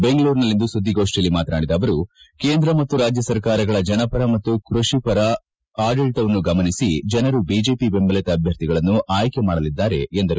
ಬೆಂಗಳೂರಿನಲ್ಲಿಂದು ಸುದ್ದಿಗೋಷ್ಠಿಯಲ್ಲಿ ಮಾತನಾಡಿದ ಅವರು ಕೇಂದ್ರ ಮತ್ತು ರಾಜ್ಜ ಸರಕಾರಗಳ ಜನಪರ ಮತ್ತು ಕೃಷಿಕರ ಪರವಾದ ಆಡಳಿತವನ್ನು ಗಮನಿಸಿ ಜನರು ಬಿಜೆಪಿ ಬೆಂಬಲಿತ ಅಭ್ಯರ್ಥಿಗಳನ್ನು ಆಯ್ಕೆ ಮಾಡಲಿದ್ದಾರೆ ಎಂದರು